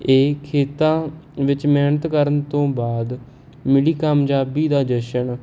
ਇਹ ਖੇਤਾਂ ਵਿੱਚ ਮਿਹਨਤ ਕਰਨ ਤੋਂ ਬਾਅਦ ਮਿਲੀ ਕਾਮਯਾਬੀ ਦਾ ਜਸ਼ਨ